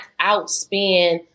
outspend